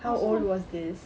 I also